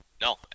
No